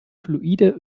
fluide